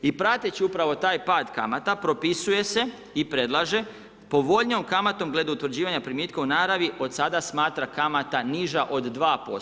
I prateći upravo taj pad kamata propisuje se i predlaže povoljnijom kamatom glede utvrđivanja primitka u naravi od sada smatra kamata niža od 2%